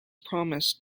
promised